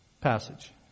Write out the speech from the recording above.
passage